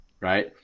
Right